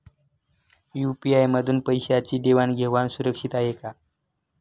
UPI मधून पैशांची देवाण घेवाण सुरक्षित आहे का?